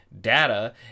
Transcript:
data